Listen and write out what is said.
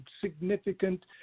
significant